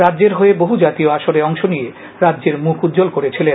রাজ্যের হয়ে বহু জাতীয় আসরে অংশ নিয়ে রাজ্যের মুখ উজ্জ্বল করেছিলেন